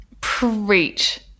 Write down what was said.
Preach